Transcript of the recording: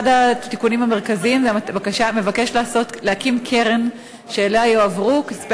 אחד התיקונים המרכזיים מבקש להקים קרן שאליה יועברו כספי